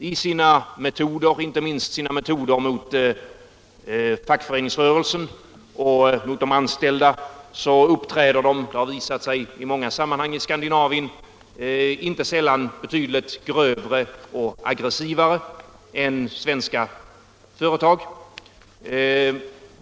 Deras metoder, inte minst mot fackföreningsrörelsen och mot de anställda, har i många sammanhang i Skandinavien visat sig inte sällan vara betydligt grövre och aggressivare än svenska företags.